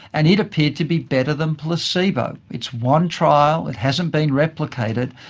and it appeared to be better than placebo. it's one trial, it hasn't been replicated,